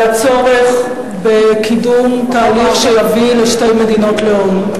על הצורך בקידום תהליך שיביא לשתי מדינות לאום.